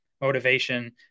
motivation